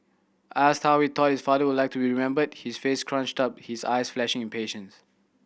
asked how we thought his father would like to be remembered his face scrunched up his eyes flashing impatience